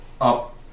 up